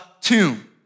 tomb